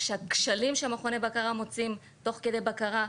שהכשלים שמכוני הבקרה מוצאים תוך כדי בקרה,